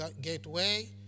gateway